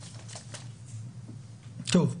טוב,